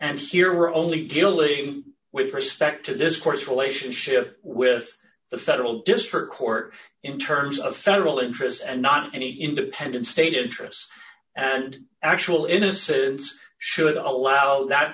and here we're only dealing with respect to this court's relationship with the federal district court in terms of federal interest and not any independent state interest and actual innocence should allow that